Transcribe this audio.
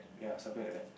ya something like that